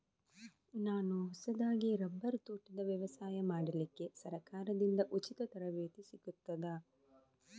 ನಾನು ಹೊಸದಾಗಿ ರಬ್ಬರ್ ತೋಟದ ವ್ಯವಸಾಯ ಮಾಡಲಿಕ್ಕೆ ಸರಕಾರದಿಂದ ಉಚಿತ ತರಬೇತಿ ಸಿಗುತ್ತದಾ?